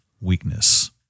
weakness